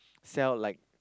sell like